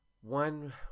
one